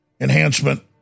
enhancement